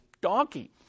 donkey